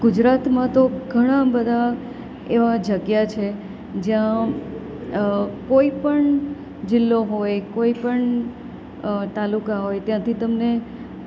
ગુજરાતમાં તો ઘણાં બધા એવા જગ્યા છે જ્યાં કોઈપણ જિલ્લો હોય કોઈપણ તાલુકા હોય ત્યાંથી તમને